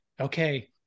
okay